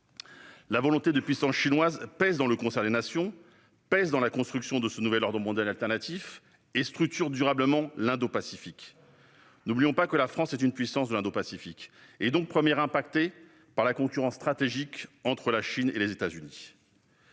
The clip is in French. La volonté de puissance chinoise pèse dans le concert des nations et dans la construction de ce nouvel ordre mondial alternatif, et structure durablement l'Indo-Pacifique. N'oublions pas que la France, qui est une puissance de l'Indo-Pacifique, est l'une des premières touchées par la concurrence stratégique entre la Chine et les États-Unis.